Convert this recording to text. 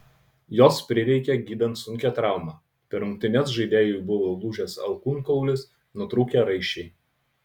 jos prireikė gydant sunkią traumą per rungtynes žaidėjui buvo lūžęs alkūnkaulis nutrūkę raiščiai